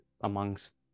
amongst